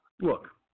Look